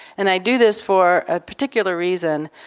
and i do this for a particular reason.